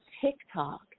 TikTok